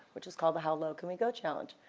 which is called the how low can we go challenge.